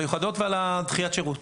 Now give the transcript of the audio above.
מיוחדות ודחיית שירות.